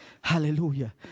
Hallelujah